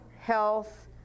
health